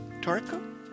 Toriko